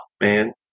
man